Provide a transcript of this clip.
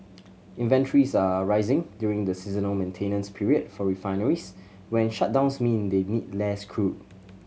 inventories are rising during the seasonal maintenance period for refineries when shutdowns mean they need less crude